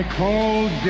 cold